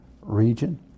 region